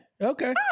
Okay